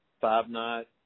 five-night